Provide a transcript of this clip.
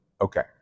Okay